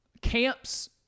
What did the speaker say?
camps